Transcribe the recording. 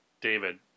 David